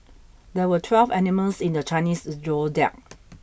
there were twelve animals in the Chinese zodiac